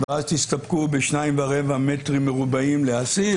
ואז תסתפקו ב-2 ורבע מ"ר לאסיר.